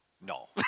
No